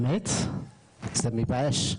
את האמת זה מבייש,